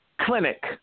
Clinic